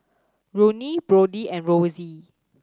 Ronnie Brodie and Rosy